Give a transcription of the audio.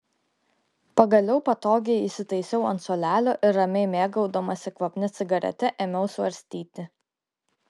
pagaliau patogiai įsitaisiau ant suolelio ir ramiai mėgaudamasi kvapnia cigarete ėmiau svarstyti